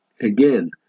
Again